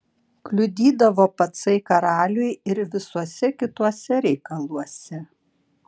kliudydavo pacai karaliui ir visuose kituose reikaluose